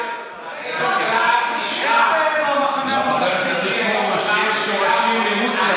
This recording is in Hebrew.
לחבר הכנסת פרוש יש שורשים ברוסיה,